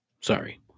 Sorry